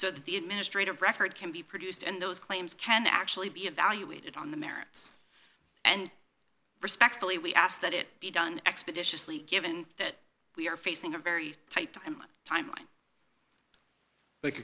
so that the administrative record can be produced and those claims can actually be evaluated on the merits and respectfully we ask that it be done expeditiously given that we are facing a very tight time time